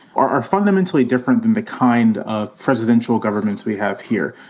are are fundamentally different than the kind of presidential governments we have here.